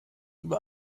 über